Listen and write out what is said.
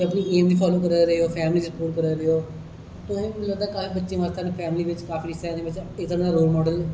अगर तुस ऐम गी फाॅलो करा दे ओ फैंमली गी स्पोर्ट करा दे ओ तुसेंगी लगदा अपने बच्चे आस्तै अपनी फैमली बिच काफी इस तरह दा रोल माडल